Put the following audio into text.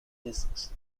discs